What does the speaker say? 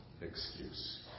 excuse